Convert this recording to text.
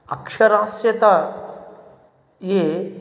अक्षराः ये